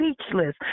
speechless